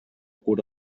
cura